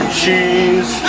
cheese